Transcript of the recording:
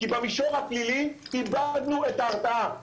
כי במישור הפלילי איבדנו את ההרתעה.